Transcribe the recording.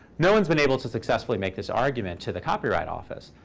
no one's been able to successfully make this argument to the copyright office.